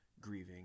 grieving